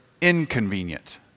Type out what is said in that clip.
inconvenient